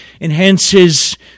enhances